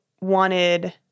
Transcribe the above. wanted